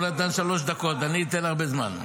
הוא נתן שלוש דקות, אני אתן הרבה זמן.